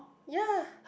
ya